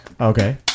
okay